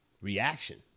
reaction